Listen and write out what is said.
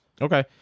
Okay